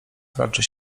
raczy